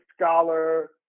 scholar